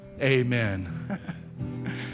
Amen